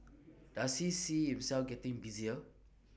does he see himself getting busier